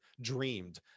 dreamed